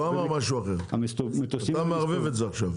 הוא לא אמר משהו אחר ואתה מערבב את זה עכשיו.